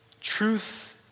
truth